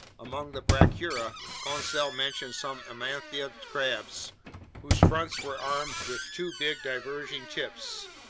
among the brachyura, conseil mentions some amanthia crabs whose fronts were armed with two big diverging tips,